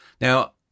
Now